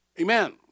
Amen